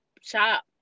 shop